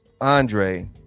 Andre